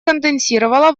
конденсировала